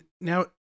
Now